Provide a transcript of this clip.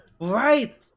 Right